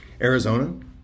Arizona